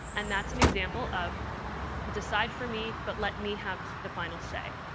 and that's an example of decide for me, but let me have the final say.